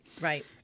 Right